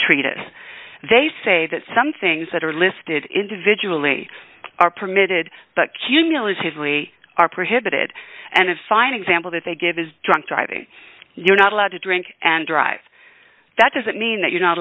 treatise they say that some things that are listed individually are permitted but cumulatively are prohibited and a fine example that they give is drunk driving you're not allowed to drink and drive that doesn't mean that you're not